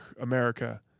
America